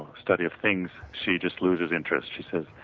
study of things, she just loses interest. she says,